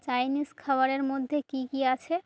Chinese খাবারের মধ্যে কী কী আছে